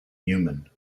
human